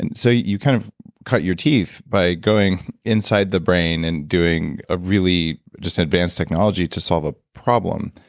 and so you kind of cut your teeth by going inside the brain and doing a really, just an advanced technology to solve a problem,